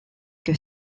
que